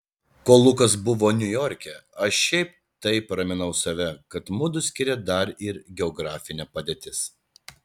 kol lukas buvo niujorke aš šiaip taip raminau save kad mudu skiria dar ir geografinė padėtis